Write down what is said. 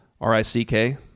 R-I-C-K